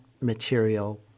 material